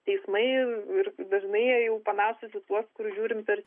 teismai ir dažnai jie jau panašūs į tuos kur žiūrim per